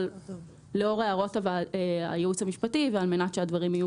אבל לאור הערות הייעוץ המשפטי ועל מנת שהדברים יהיו